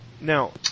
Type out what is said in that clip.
Now